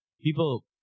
people